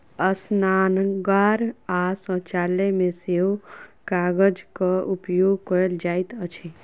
स्नानागार आ शौचालय मे सेहो कागजक उपयोग कयल जाइत अछि